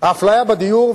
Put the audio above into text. האפליה בדיור,